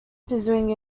pursuing